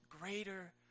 greater